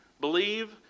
believe